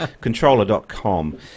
controller.com